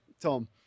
Tom